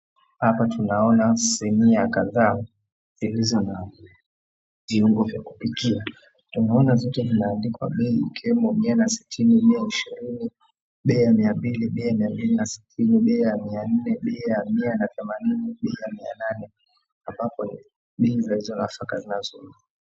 Hapa tunaona sinia kadhaa zilizo na viungo vya kupikia, tunaona zote zimeandikwa bei ikiwemo, 160, 180,120, 200, 260,400, 800 ambapo bei ni za hizo nafaka.